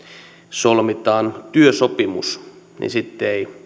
solmitaan työsopimus niin sitten ei